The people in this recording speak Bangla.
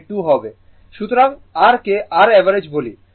সুতরাং r কে r V অ্যাভারেজ বলি